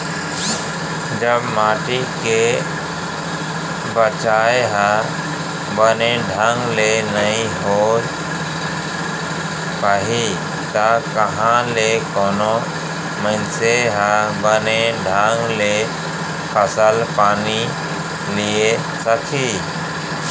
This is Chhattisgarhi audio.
जब माटी के बचाय ह बने ढंग ले नइ होय पाही त कहॉं ले कोनो मनसे ह बने ढंग ले फसल पानी लिये सकही